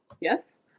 Yes